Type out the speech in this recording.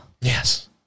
Yes